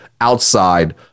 outside